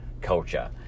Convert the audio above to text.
culture